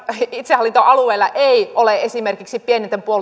itsehallintoalueilla ei ole esimerkiksi pienten